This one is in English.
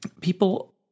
people